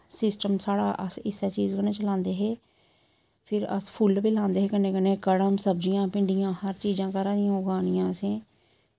system साढ़ा अस इस्सै चीज़ कन्नै चलांदे हे फिर अस फुल्ल बी लांदे हे कन्नै कन्नै कड़म सब्ज़ियां भिंडियां हर चीज़ां घरै दियां उगानियां असें